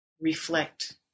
reflect